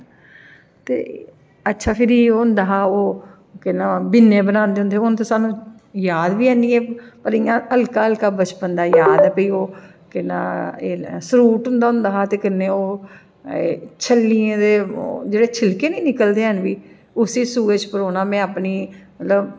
ते अच्छा फिरी ओह् होंदा हा ओह् केह् नांऽ बि'न्ने बनांदे होंदे हे हून ते सानूं याद बी ऐनी ऐ पर इ'यां हल्का हल्का बचपन दा याद ऐ ते ओह् केह् नांऽ सूट होंदा हा ते कन्नै ओह् छ'ल्लियें दे जेह्डे़ छिलके निं निकलदे हैन भी उसी सुऐ च परोना में अपनी मतलब